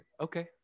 Okay